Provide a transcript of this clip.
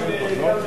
6,